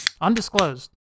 undisclosed